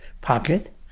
pocket